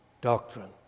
doctrine